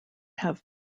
have